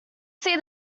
see